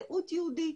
זהות יהודית,